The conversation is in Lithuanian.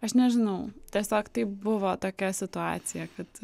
aš nežinau tiesiog taip buvo tokia situacija kad